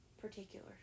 particular